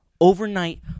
Overnight